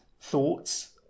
thoughts